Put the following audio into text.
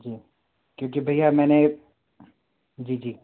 जी क्योंकि भईया मैंने जी जी